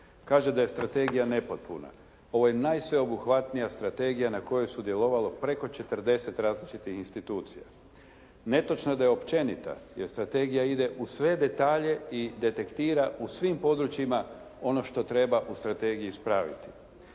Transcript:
Kaže da je strategija nepotpuna. Ovo je najsveobuhvatnija strategija na kojoj je sudjelovalo preko 40 različitih institucija. Netočno je da je općenita, jer strategija ide u sve detalje i detektira u svim područjima ono što treba u strategiji ispraviti.